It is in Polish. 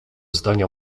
zdania